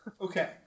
Okay